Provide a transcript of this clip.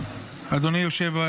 בראש,